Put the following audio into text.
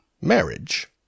marriage